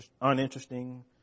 uninteresting